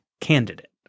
candidate